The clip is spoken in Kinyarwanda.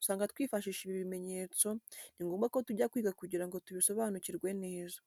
usanga twifashisha ibi bimenyetso, ni ngombwa ko tujya kwiga kugira ngo tubisobanukirwe neza.